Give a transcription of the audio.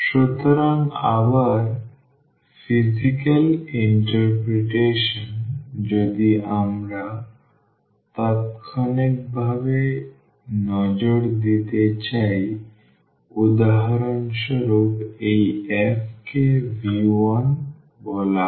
সুতরাং আবার শারীরিক ব্যাখ্যায় যদি আমরা তাত্ক্ষণিকভাবে নজর দিতে চাই উদাহরণস্বরূপ এই f কে V1 বলা হয়